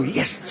yes